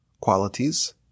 qualities